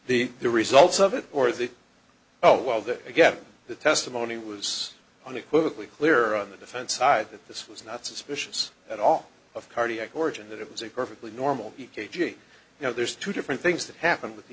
the the results of it or the oh well that again the testimony was unequivocally clear on the defense side that this was not suspicious at all of cardiac origin that it was a perfectly normal e k g you know there's two different things that happened with